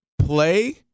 play